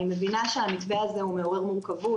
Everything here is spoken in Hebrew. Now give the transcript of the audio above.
אני מבינה שהמתווה הזה הוא מעורר מורכבות,